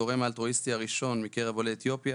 התורם האלטרואיסטי הראשון מקרב עולי אתיופיה,